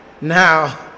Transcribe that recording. Now